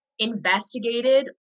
investigated